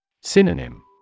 Synonym